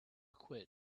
quit